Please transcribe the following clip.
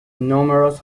numerous